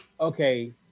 okay